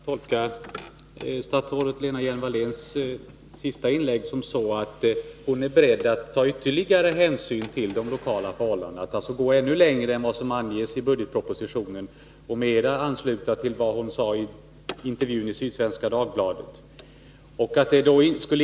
Herr talman! Får jag tolka statsrådet Lena Hjelm-Walléns senaste inlägg så, att hon är beredd att ta ytterligare hänsyn till de lokala förhållandena, alltså att gå ännu längre än vad som anges i budgetpropositionen och mera ansluta till vad hon sade i intervjun i Sydsvenska Dagbladet?